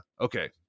Okay